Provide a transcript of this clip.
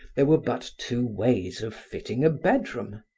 there were but two ways of fitting a bedroom.